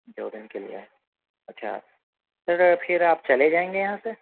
دو دن کے لیے ہیں اچھا پھر پھر آپ چلے جائیں گے یہاں سے